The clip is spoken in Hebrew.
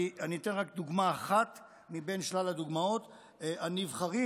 אני אתן רק דוגמה אחת מבין שלל הדוגמאות: הנבחרים,